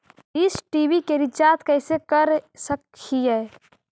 Dish TV के recharge कैसे कर सक हिय?